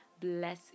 bless